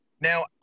Now